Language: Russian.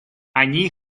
они